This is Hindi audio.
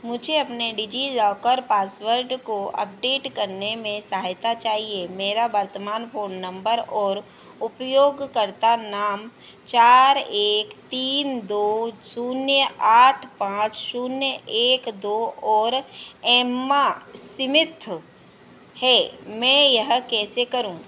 मुझे अपने डिज़िलॉकर पासवर्ड को अपडेट करने में सहायता चाहिए मेरा वर्तमान फ़ोन नम्बर और उपयोगकर्ता नाम चार एक तीन दो शून्य आठ पाँच शून्य एक दो और एम्मा स्मिथ हैं मैं यह कैसे करूँ